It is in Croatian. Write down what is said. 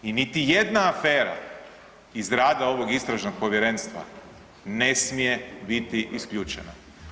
I niti jedna afera iz rada ovog Istražnog povjerenstva ne smije biti isključena.